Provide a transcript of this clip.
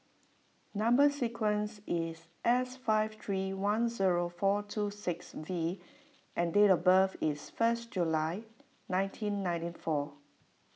Number Sequence is S five three one zero four two six V and date of birth is first January nineteen ninety four